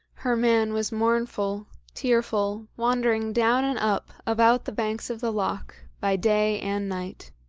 her man was mournful, tearful, wandering down and up about the banks of the loch, by day and night.